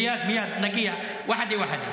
מייד, נגיע, ואחדה,